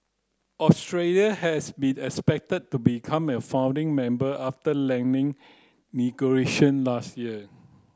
Australia has be expected to become a founding member after negotiation last year